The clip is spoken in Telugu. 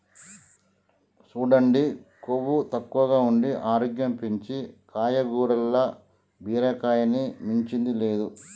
సూడండి కొవ్వు తక్కువగా ఉండి ఆరోగ్యం పెంచీ కాయగూరల్ల బీరకాయని మించింది లేదు